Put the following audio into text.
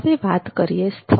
હવે વાત કરીએ સ્થળ